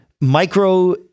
micro